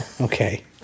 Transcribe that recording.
Okay